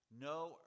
no